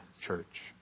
church